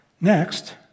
Next